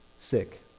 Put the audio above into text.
sick